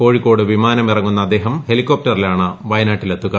കോഴിക്കോട് വിമാനം ഇറങ്ങുന്ന അദ്ദേഹം ഹെലികോപ്റ്ററിലാണ് വയനാട്ടിലെത്തുക